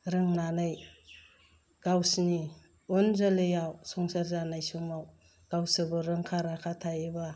रोंनानै गावसिनि उन जोलैयाव संसार जानाय समाव गावसोरखौ रोंखा राखा थायोबा